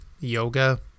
yoga